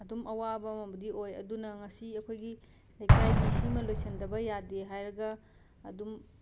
ꯑꯗꯨꯝ ꯑꯋꯥꯕ ꯑꯃꯕꯨꯗꯤ ꯑꯣꯏ ꯑꯗꯨꯅ ꯉꯁꯤ ꯑꯩꯈꯣꯏꯒꯤ ꯂꯩꯀꯥꯏꯒꯤ ꯁꯤꯃ ꯂꯣꯏꯁꯟꯅꯗꯕ ꯌꯥꯗꯦ ꯍꯥꯏꯔꯒ ꯑꯗꯨꯝ